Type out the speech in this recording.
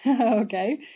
okay